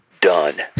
Done